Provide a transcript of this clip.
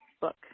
book